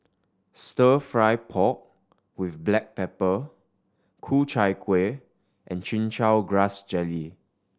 Stir Fry pork with black pepper Ku Chai Kuih and Chin Chow Grass Jelly